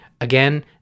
Again